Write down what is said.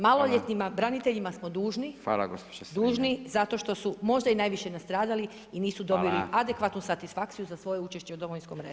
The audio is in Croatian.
Maloljetnima braniteljima smo dužni zato što su možda i najviše nastradali i nisu dobili adekvatnu satisfakciju za svoje učešće u Domovinskom ratu.